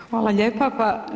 Hvala lijepa.